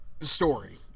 story